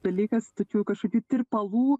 dalykas tačiau kažkokių tirpalų